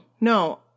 no